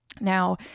Now